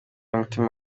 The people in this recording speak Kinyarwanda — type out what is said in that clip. umutima